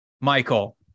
Michael